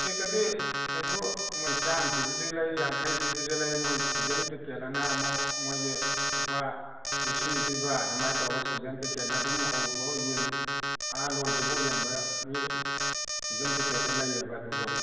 ꯇꯤꯀꯦꯠꯀꯗꯤ ꯀꯩꯁꯨ ꯃꯣꯏ ꯆꯥꯝ ꯄꯤꯕꯁꯨ ꯂꯩ ꯌꯥꯡꯈꯩ ꯄꯤꯕꯁꯨ ꯂꯩ ꯃꯣꯏ ꯁꯤꯁꯟ ꯇꯤꯀꯦꯠꯑꯅ ꯑꯃꯨꯛ ꯃꯣꯏꯒꯤ ꯂꯨꯄꯥ ꯂꯤꯁꯤꯡ ꯄꯤꯕ ꯑꯗꯨꯃꯥꯏ ꯇꯧꯔꯒ ꯁꯤꯖꯟ ꯇꯤꯀꯦꯠ ꯑꯗꯨꯝ ꯍꯧꯕꯒ ꯑꯥ ꯂꯣꯏꯗ꯭ꯔꯤꯕꯣꯛ ꯌꯦꯡꯕꯒꯤ ꯁꯤꯁꯟ ꯇꯤꯀꯦꯠꯇꯣ ꯂꯩꯑꯕ ꯑꯗꯨꯁꯨ